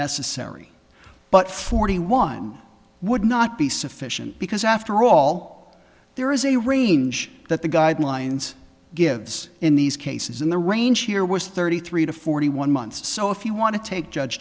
necessary but forty one would not be sufficient because after all there is a range that the guidelines gives in these cases and the range here was thirty three to forty one months so if you want to take judge